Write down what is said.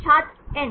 छात्र एन